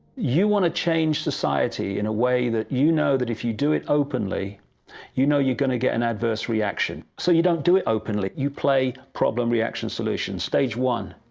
you want to change society in a way that you know that if you do it openly you know you're going to get an adverse reaction. so, you don't do it openly. you play problem, reaction, solution. stage one.